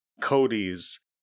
cody's